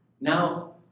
Now